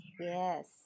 yes